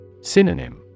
Synonym